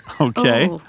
Okay